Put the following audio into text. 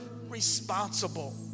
responsible